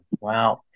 Wow